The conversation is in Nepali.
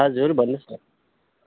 हजुर भन्नुहोस् न